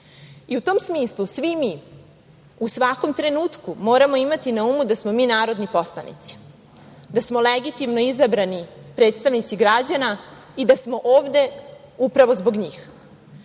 tom smislu svi mi u svakom trenutku moramo imati na umu da smo mi narodni poslanici, da smo legitimno izabrani predstavnici građana i da smo ovde upravo zbog njih,